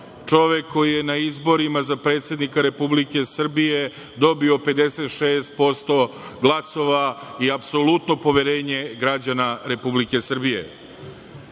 čovek koji je na izborima za predsednika Republike Srbije dobio 56% glasova i apsolutno poverenje građana Republike Srbije.